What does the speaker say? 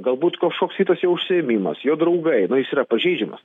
galbūt kažkoks kitas jo užsiėmimas jo draugai na jis yra pažeidžiamas